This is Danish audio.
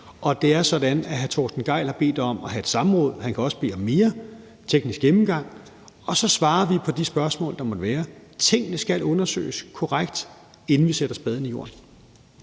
Og det er sådan, at hr. Torsten Gejl har bedt om at have et samråd. Han kan også bede om mere: teknisk gennemgang. Og så svarer vi på de spørgsmål, der måtte være. Tingene skal undersøges korrekt, inden vi sætter spaden i jorden.